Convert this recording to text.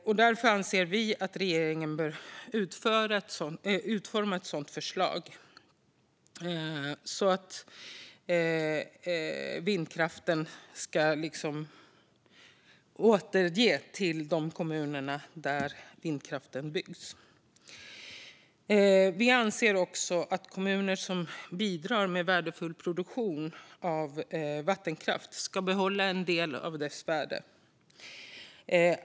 Vi i Vänsterpartiet anser därför att regeringen bör utforma ett förslag så att vindkraften återförs till de kommuner som den byggs i. Vi anser också att kommuner som bidrar med värdefull produktion av vattenkraft ska få behålla en del av dess värde.